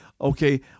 okay